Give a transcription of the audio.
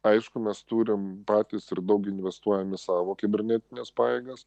aišku mes turim patys ir daug investuojam į savo kibernetines pajėgas